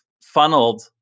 funneled